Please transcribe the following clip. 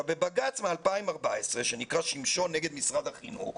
בבג"צ מ-2014 שנקרא שמשון נגד משרד החינוך